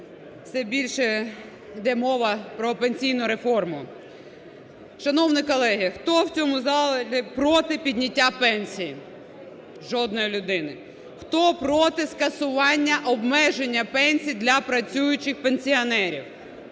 все більше йде мова про пенсійну реформу. Шановні колеги, хто в цьому залі проти підняття пенсії? Жодної людини. Хто проти скасування обмеження пенсій для працюючих пенсіонерів?